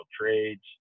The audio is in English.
trades